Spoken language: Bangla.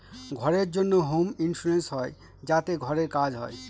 ঘরের জন্য হোম ইন্সুরেন্স হয় যাতে ঘরের কাজ হয়